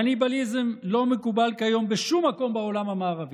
קניבליזם לא מקובל כיום בשום מקום בעולם המערבי,